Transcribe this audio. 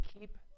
keep